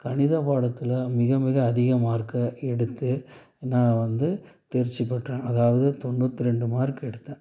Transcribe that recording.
கணித பாடத்தில் மிக மிக அதிக மார்க்கை எடுத்து நான் வந்து தேர்ச்சி பெற்றேன் அதாவது தொண்ணூத்திரெண்டு மார்க் எடுத்தேன்